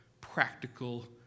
practical